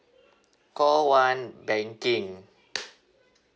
call one banking